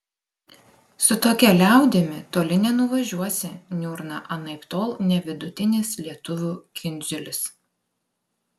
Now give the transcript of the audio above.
su tokia liaudimi toli nenuvažiuosi niurna anaiptol ne vidutinis lietuvių kindziulis